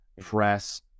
press